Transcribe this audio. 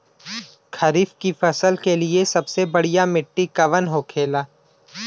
खरीफ की फसल के लिए सबसे बढ़ियां मिट्टी कवन होखेला?